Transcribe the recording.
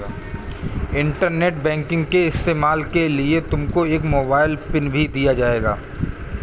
internet banking के इस्तेमाल के लिए तुमको एक मोबाइल पिन भी दिया जाएगा